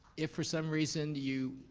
if for some reason you